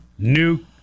Nuke